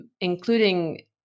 including